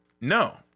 No